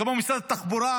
כמו משרד התחבורה,